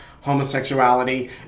homosexuality